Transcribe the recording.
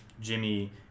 Jimmy